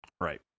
right